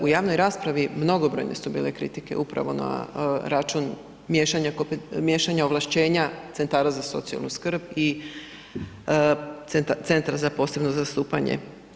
U javnoj raspravi mnogobrojne su bile kritike upravo na račun miješanja ovlaštenja centara za socijalnu skrb i centra za posebno zastupanje.